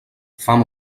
fam